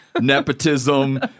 nepotism